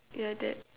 yeah that